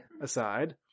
Aside